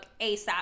ASAP